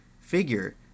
figure